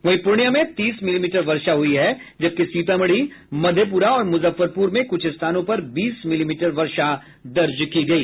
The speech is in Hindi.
वहीं पूर्णिया में तीस मिलीमीटर वर्षा हुई है जबकि सीतामढ़ी मधेपुरा और मुजफ्फरपुर में कुछ स्थानों पर बीस मिलीमीटर वर्षा दर्ज की गयी